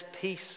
peace